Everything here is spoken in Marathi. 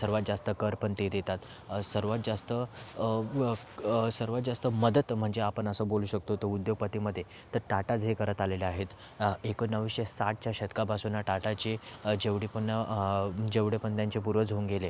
सर्वात जास्त कर पण ते देतात सर्वात जास्त सर्वात जास्त मदत म्हणजे आपण असं बोलू शकतो तो उद्योगपतीमध्ये तर टाटा जे करत आलेले आहेत एकोणाविसशे साठच्या शतकापासून टाटाचे जेवढे पण जेवढे पण त्यांचे पूर्वज होऊन गेले